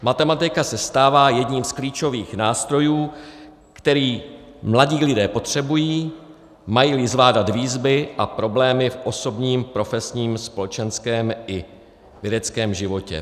Matematika se stává jedním z klíčových nástrojů, který mladí lidé potřebují, majíli zvládat výzvy a problémy v osobním, profesním, společenském i vědeckém životě.